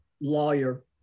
Lawyer